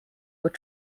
were